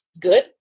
good